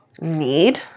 need